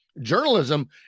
journalism